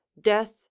death